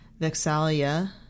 Vexalia